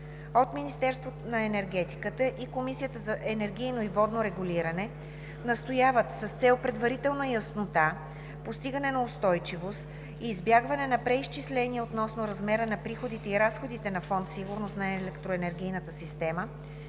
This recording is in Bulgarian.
От Министерството на енергетиката и Комисията за енергийно и водно регулиране настояват с цел предварителна яснота, постигане на устойчивост и избягване на преизчисления относно размера на приходите и разходите на Фонд „Сигурност на електроенергийната система“